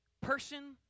person